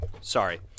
Sorry